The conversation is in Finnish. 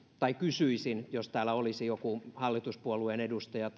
tai kysyisin jos täällä olisi joku keskustalainen tai muun hallituspuolueen edustaja